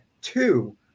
Two